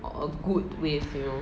orh err good with you know